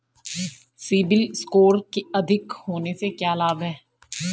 CIBIL score अधिक होने से क्या लाभ हैं?